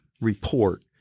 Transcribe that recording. report